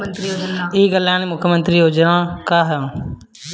ई कल्याण मुख्य्मंत्री योजना का है?